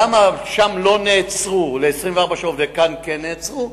למה שם לא נעצרו ל-24 שעות וכאן כן נעצרו,